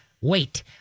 wait